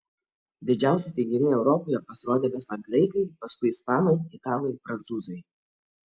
didžiausi tinginiai europoje pasirodė besą graikai paskui ispanai italai prancūzai